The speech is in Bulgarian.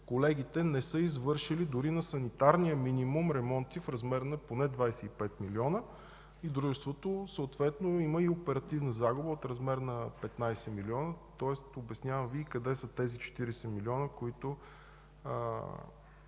колегите не са извършили дори на санитарния минимум ремонти в размер на поне 25 милиона и дружеството съответно има и оперативна загуба в размер на 15 милиона, тоест обяснявам Ви и къде са тези 40 милиона, които